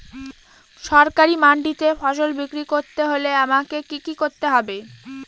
সরকারি মান্ডিতে ফসল বিক্রি করতে হলে আমাকে কি কি করতে হবে?